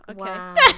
Okay